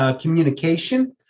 communication